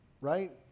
Right